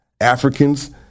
Africans